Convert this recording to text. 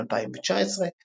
החל מ-2019,